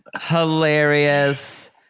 hilarious